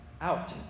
out